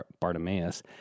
Bartimaeus